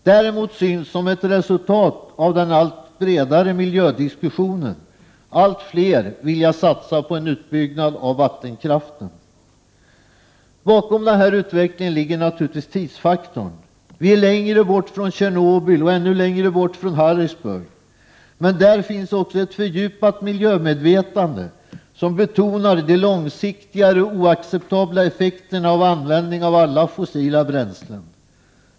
Däremot synes som ett resultat av den allt bredare miljödiskussionen allt fler vilja satsa på en utbyggnad av vattenkraften. Bakom denna utveckling ligger naturligtvis tidsfaktorn. Vi är längre bort från Tjernobyl och ännu längre bort från Harrisburg. Men det finns också ett fördjupat miljömedvetande som betonar de långsiktiga oacceptabla effekterna och användning av alla fossila bränslen.